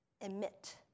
emit